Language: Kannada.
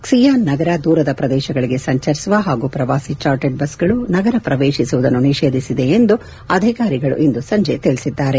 ಕ್ಲಿಯಾನ್ ನಗರ ದೂರದ ಪ್ರದೇಶಗಳಿಗೆ ಸಂಚರಿಸುವ ಹಾಗೂ ಪ್ರವಾಸಿ ಜಾರ್ಟ್ಡ್ ಬಸ್ಗಳು ನಗರ ಪ್ರವೇಶಿಸುವುದನ್ನು ನಿಷೇಧಿಸಿದೆ ಎಂದು ಅಧಿಕಾರಿಗಳು ಇಂದು ಸಂಜೆ ತಿಳಿಸಿದ್ದಾರೆ